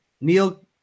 Neil